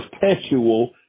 perpetual